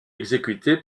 exécutée